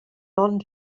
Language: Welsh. ond